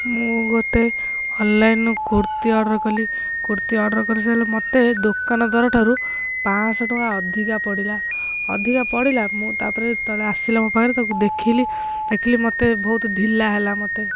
ମୁଁ ଗୋଟେ ଅନଲାଇନ୍ରୁ କୁର୍ତ୍ତୀ ଅର୍ଡ଼ର କଲି କୁର୍ତ୍ତୀ ଅର୍ଡ଼ର କରି ସାରିଲେ ମୋତେ ଦୋକାନ ଦରଠାରୁ ପାଞ୍ଚଶହ ଟଙ୍କା ଅଧିକା ପଡ଼ିଲା ଅଧିକା ପଡ଼ିଲା ମୁଁ ତାପରେ ତଳେ ଆସିଲା ମୋ ପାଖରେ ତାକୁ ଦେଖିଲି ଦେଖିଲି ମୋତେ ବହୁତ ଢିଲା ହେଲା ମୋତେ